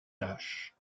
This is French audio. tache